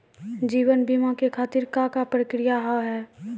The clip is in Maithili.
जीवन बीमा के खातिर का का प्रक्रिया हाव हाय?